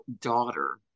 daughter